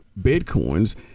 Bitcoins